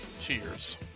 cheers